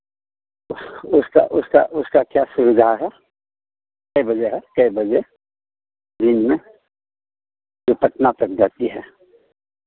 उसका उसका उसका क्या सुविधा है कै बजे है कै बजे दिन में जो पटना तक जाती है